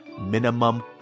minimum